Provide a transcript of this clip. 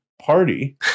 party